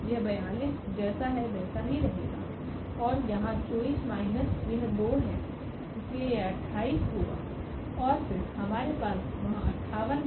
यह 42 जैसा है वैसा ही रहेगा और यहाँ 24 माइनस यह 2 है इसलिए यह 28 होगा और फिर हमारे पास वहाँ 58 है